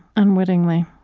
unwittingly.